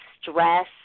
stress